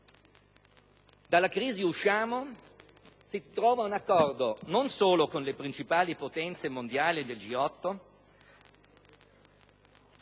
Dalla crisi usciamo se si trova un accordo non solo con le principali potenze mondiali del G8, ma anche con le nuove potenze economiche